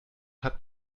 hat